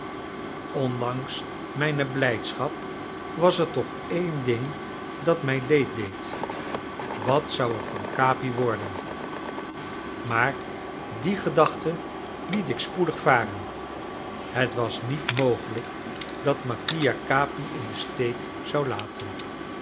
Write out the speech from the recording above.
ondanks mijne blijdschap was er toch één ding dat mij leed deed wat zou er van capi worden maar die gedachte liet ik spoedig varen het was niet mogelijk dat mattia capi in den steek zou laten